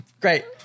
Great